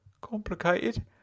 Complicated